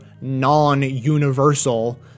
non-universal